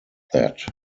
that